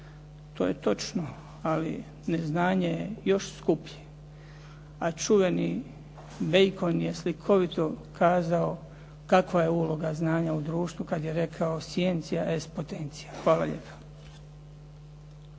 To je točno, ali neznanje je još skuplje, a čuveni Bacon je slikovito kazao kakva je uloga znanja u društvu kad je rekao: "Scientia est potentia". Hvala lijepa.